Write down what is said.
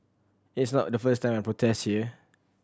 it's not the first time I protest here